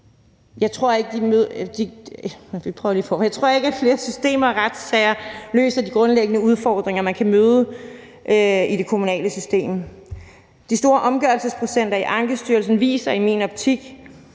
Jeg tror ikke, at flere systemer og retssager løser de grundlæggende udfordringer, man kan møde i det kommunale system. De store omgørelsesprocenter i Ankestyrelsen viser i min optik,